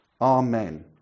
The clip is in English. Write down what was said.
Amen